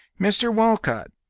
mr. walcott,